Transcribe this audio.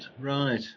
right